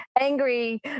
angry